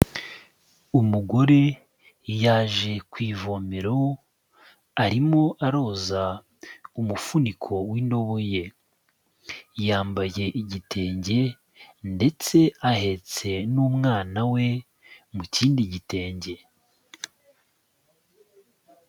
Umugore, yaje ku ivomero, arimo aroza umufuniko w'indobo ye, yambaye igitenge, ndetse ahetse n'umwana we, mu kindi gitenge.